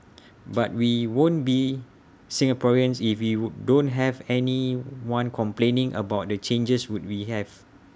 but we won't be Singaporeans if we would don't have anyone complaining about the changes would we have